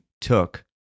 took